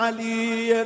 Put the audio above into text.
Ali